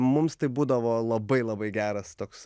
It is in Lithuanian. mums tai būdavo labai labai geras toks